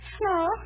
No